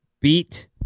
beat